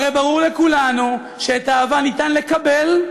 הרי ברור לכולנו שאת האהבה ניתן לקבל,